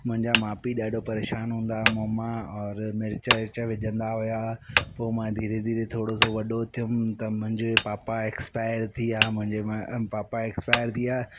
मुंजा माउ पीउ ॾाढा परेशान हूंदा हुआ मूं मां और मिर्च विर्च विझंदा हुआ पोइ मां धीरे धीरे थोरो सो वॾो थियुमि त मुंजे पापा एक्सपायर थी विया मुंहिंजे पापा एक्सपायर थी विया